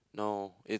no it's